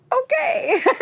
Okay